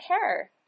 hair